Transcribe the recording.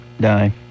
Die